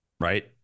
right